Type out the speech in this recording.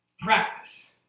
Practice